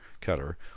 cutter